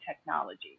technology